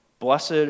Blessed